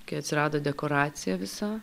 kai atsirado dekoracija visa